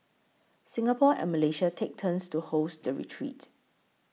Singapore and Malaysia take turns to host the retreat